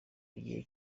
igihe